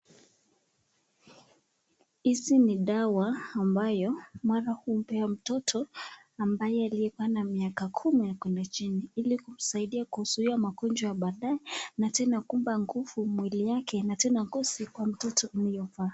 Hizi ni dawa ambayo Mara humpea mtoto ambaye aliyekuwa na miaka kumi na kwenda chini, ili kumsaidia kuzuia magonjwa ya baadaye na tena kumpa nguvu mwili yake na tena ngozi kwa mtoto huyo, vaa.